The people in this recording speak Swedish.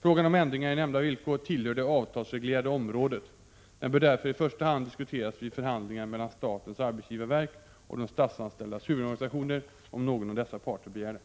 Frågan om ändringar av nämnda villkor tillhör det avtralsreglerade området. Den bör därför i första hand diskuteras vid förhandlingar mellan statens arbetsgivarverk och de statsanställdas huvudorganisationer, om någon av dessa parter begär det.